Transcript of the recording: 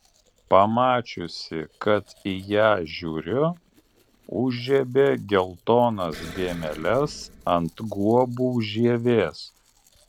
pamačiusi kad į ją žiūriu užžiebė geltonas dėmeles ant guobų žievės